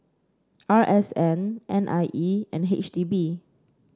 R S N N I E and H D B